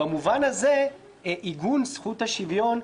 במובן הזה עיגון זכות השוויון,